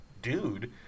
dude